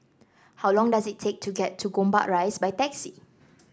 how long does it take to get to Gombak Rise by taxi